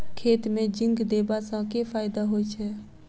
खेत मे जिंक देबा सँ केँ फायदा होइ छैय?